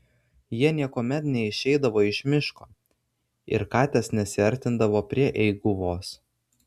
jie niekuomet neišeidavo iš miško ir katės nesiartindavo prie eiguvos